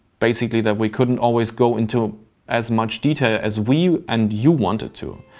basically, that we couldn't always go into as much detail as we and you wanted to.